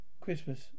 Christmas